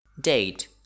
Date